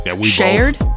shared